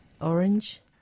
Orange